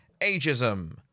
ageism